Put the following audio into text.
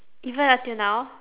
even up till now